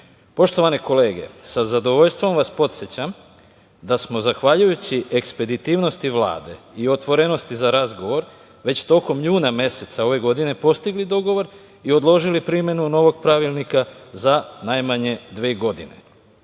19.Poštovane kolege, sa zadovoljstvom vas podsećam da smo zahvaljujući ekspeditivnosti Vlade i otvorenosti za razgovor već tokom juna meseca ove godine postigli dogovor i odložili primenu novog Pravilnika za najmanje dve godine. Drugo